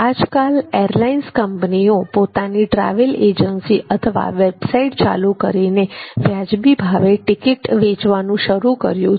આજકાલ એરલાઇન્સ કંપનીઓએ પોતાની ટ્રાવેલ એજન્સી અથવા વેબસાઈટ ચાલુ કરીને વ્યાજબી ભાવે ટિકિટ વેચવાનું શરૂ કર્યું છે